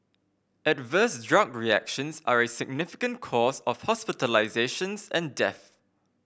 adverse drug reactions are a significant cause of hospitalisations and deaths